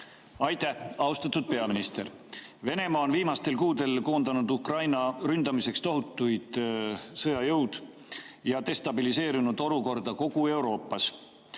Aitäh! Austatud peaminister! Venemaa on viimastel kuudel koondanud Ukraina ründamiseks tohutud sõjajõud ja destabiliseerinud olukorda kogu Euroopas.